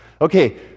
Okay